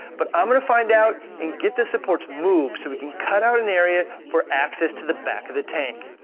but i'm gonna find out and get the supports moved so we can cut out an area for access to the back of the tank.